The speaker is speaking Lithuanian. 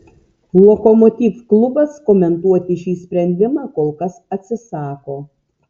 lokomotiv klubas komentuoti šį sprendimą kol kas atsisako